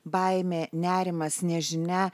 baimė nerimas nežinia